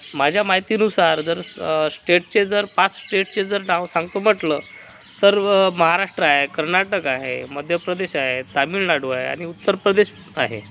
माझ्या माहितीनुसार जर स्टेटचे जर पाच स्टेटचे जर नाव सांगतो म्हटलं तर महाराष्ट्र आहे कर्नाटक आहे मध्यप्रदेश आहे तामीळनाडू आहे आणि उत्तरप्रदेश आहे